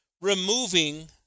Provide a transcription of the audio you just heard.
removing